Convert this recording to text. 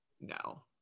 no